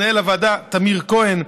למנהל הוועדה טמיר כהן.